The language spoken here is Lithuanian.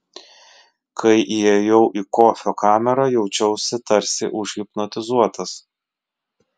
kai įėjau į kofio kamerą jaučiausi tarsi užhipnotizuotas